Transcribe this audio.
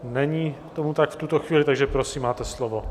Není tomu tak v tuto chvíli, takže prosím, máte slovo.